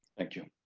thank you.